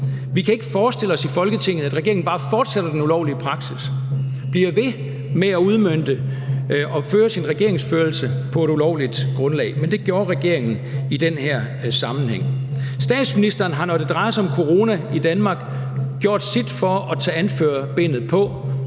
Vi kan ikke forestille os i Folketinget, at regeringen bare fortsætter den ulovlige praksis, at den bliver ved med at udmønte og føre sin regeringsførelse på et ulovligt grundlag, men det gjorde regeringen i den her sammenhæng. Statsministeren har, når det drejer sig om corona i Danmark, gjort sit for at tage anførerbindet på